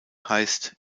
heißt